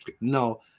No